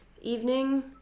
evening